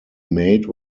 made